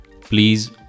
please